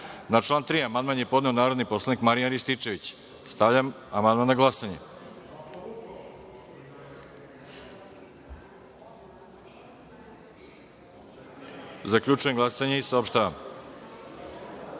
član 3. amandman je podneo narodni poslanik Marijan Rističević. Stavljam amandman na glasanje. Zaključujem glasanje i saopštavam: